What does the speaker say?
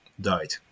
died